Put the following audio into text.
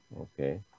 okay